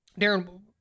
Darren